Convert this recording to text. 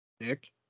Nick